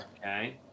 Okay